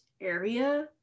area